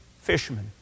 fishermen